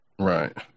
Right